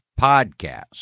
podcast